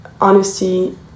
honesty